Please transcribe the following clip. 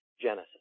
Genesis